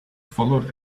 followed